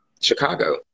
Chicago